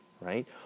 right